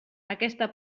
aquesta